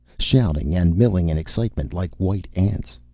shouting and milling in excitement, like white ants.